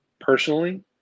personally